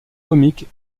comique